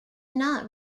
not